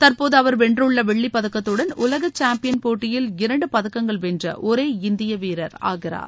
தற்போது அவர் வென்றுள்ள வெள்ளிப் பதக்கதுடன் உலக சாம்பியன் போட்டியில் இரண்டு பதக்கங்கள் வென்ற ஒரே இந்திய வீரர் ஆகிறார்